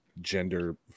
gender